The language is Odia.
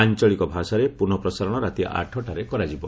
ଆଞ୍ଚଳିକ ଭାଷାରେ ପୁନଃ ପ୍ରସାରଣ ରାତି ଆଠଟାରେ କରାଯିବ